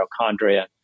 mitochondria